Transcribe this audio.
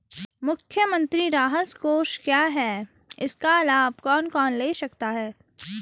मुख्यमंत्री राहत कोष क्या है इसका लाभ कौन कौन ले सकता है?